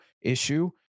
issue